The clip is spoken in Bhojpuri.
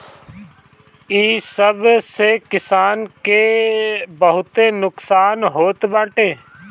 इ सब से किसान के बहुते नुकसान होत बाटे